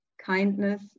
kindness